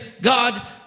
God